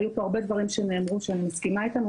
היו פה הרבה דברים שנאמרו, שאני מסכימה איתם.